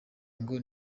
ngo